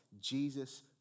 Jesus